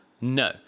no